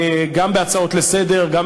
גם בהצעות לסדר-היום,